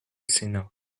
sénat